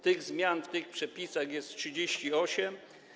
Tych zmian w tych przepisach jest 38.